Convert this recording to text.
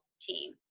team